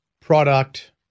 product